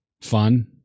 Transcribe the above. fun